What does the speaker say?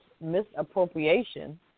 misappropriation